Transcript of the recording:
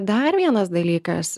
dar vienas dalykas